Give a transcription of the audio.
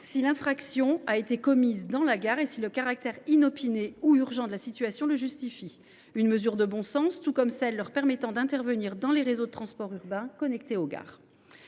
si l’infraction a été commise dans la gare et si le caractère inopiné ou urgent de la situation le justifie. Une mesure de bon sens, tout comme celle leur permettant d’intervenir dans les réseaux de transport urbains connectés aux gares.